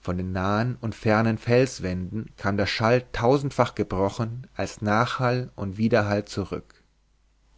von den nahen und fernen felswänden kam der schall tausendfach gebrochen als nachhall und widerhall zurück